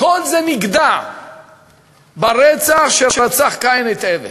כל זה נגדע ברצח שרצח קין את הבל.